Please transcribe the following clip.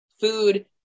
Food